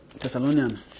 Thessalonians